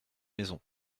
maisons